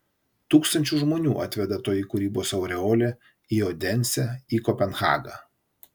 tūkstančius žmonių atveda toji kūrybos aureolė į odensę į kopenhagą